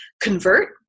convert